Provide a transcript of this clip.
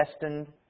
destined